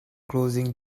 closing